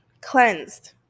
cleansed